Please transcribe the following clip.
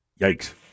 Yikes